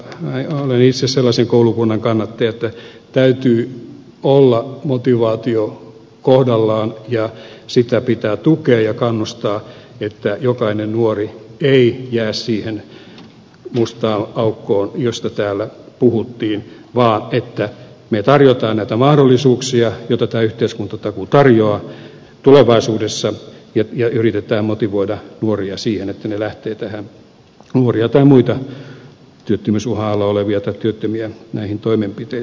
olen itse sellaisen koulukunnan kannattaja että täytyy olla motivaatio kohdallaan ja sitä pitää tukea ja kannustaa että kukaan nuori ei jää siihen mustaan aukkoon josta täällä puhuttiin vaan että me tarjoamme näitä mahdollisuuksia joita tämä yhteiskuntatakuu tarjoaa tulevaisuudessa ja yritetään motivoida nuoria tai muita työttömyysuhan alla olevia tai työttömiä näihin toimenpiteisiin